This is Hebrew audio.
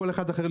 מכל אחד אחר,